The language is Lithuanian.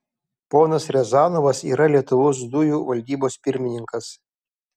ponas riazanovas yra lietuvos dujų valdybos pirmininkas